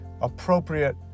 appropriate